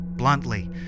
bluntly